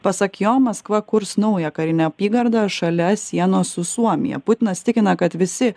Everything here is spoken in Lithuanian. pasak jo maskva kurs naują karinę apygardą šalia sienos su suomija putinas tikina kad visi